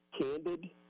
candid